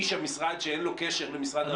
זה לא איש המשרד שאין לו קשר למשרד האוצר.